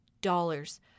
dollars